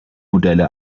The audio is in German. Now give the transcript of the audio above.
modelle